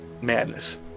madness